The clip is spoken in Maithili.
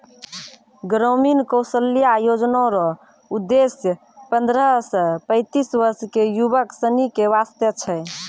ग्रामीण कौशल्या योजना रो उद्देश्य पन्द्रह से पैंतीस वर्ष के युवक सनी के वास्ते छै